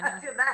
את יודעת.